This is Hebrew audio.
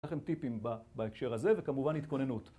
יש לכם טיפים בהקשר הזה וכמובן התכוננות